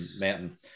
Mountain